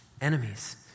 enemies